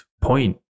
point